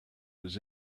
was